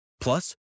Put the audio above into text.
Plus